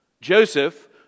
Joseph